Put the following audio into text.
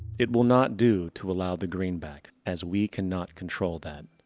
it will not do to allow the greenback. as we cannot control that.